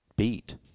beat